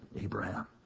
Abraham